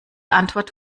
antwort